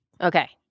Okay